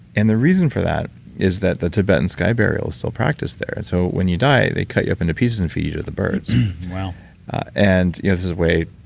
and the reason for that is that the tibetan sky burial is still practiced there and so when you die, they cut you up into pieces and feed you to the birds wow and yeah this way,